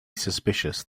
suspicious